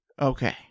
Okay